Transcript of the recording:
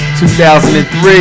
2003